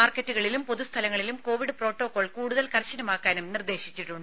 മാർക്കറ്റുകളിലും പൊതുസ്ഥലങ്ങളിലും Covid protocol കൂടുതൽ കർശനമാക്കാനും നിർദ്ദേശിച്ചിട്ടുണ്ട്